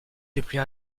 depuis